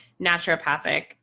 naturopathic